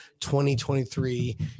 2023